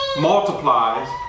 multiplies